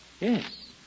Yes